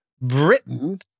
Britain